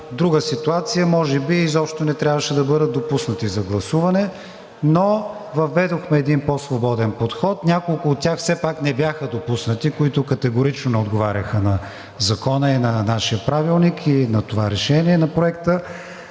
друга ситуация, може би изобщо не трябваше да бъдат допуснати за гласуване, но въведохме един по-свободен подход. Няколко от тях все пак не бяха допуснати, които категорично не отговаряха на Закона и на нашия Правилник, и на това решение на Проекта,